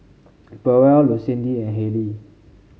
Powell Lucindy and Haylie